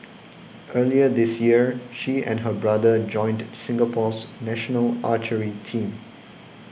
earlier this year she and her brother joined Singapore's national archery team